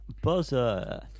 buzzer